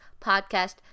podcast